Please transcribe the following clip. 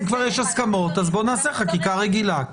אם יש הסכמות נעשה חקיקה רגילה.